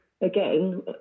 again